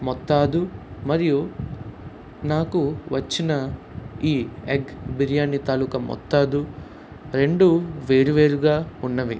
మొత్తము మరియు నాకు వచ్చిన ఈ ఎగ్ బిర్యానీ తాలూకా మొత్తము రెండు వేరువేరుగా ఉన్నవి